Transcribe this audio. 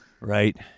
Right